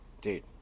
dude